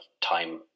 time